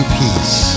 peace